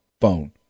phone